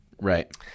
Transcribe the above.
Right